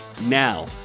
Now